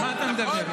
על מה אתה מדבר?